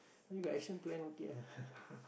you like action plan okay ah